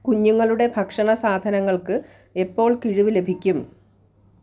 കുഞ്ഞുങ്ങളുടെ ഭക്ഷണ സാധനങ്ങൾക്ക് എപ്പോൾ കിഴിവ് ലഭിക്കും